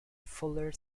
fuller